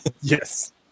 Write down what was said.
Yes